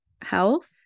health